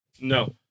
No